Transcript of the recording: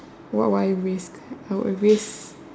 what would I risk I would risk